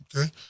Okay